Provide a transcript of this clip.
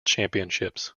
championships